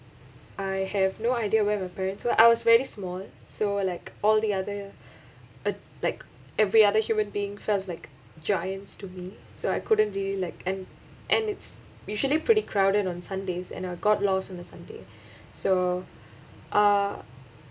I have no idea where my parents were I was very small so like all the other uh like every other human being felt like giants to me so I couldn't really like and and it's usually pretty crowded on sundays and I got lost on a sunday so uh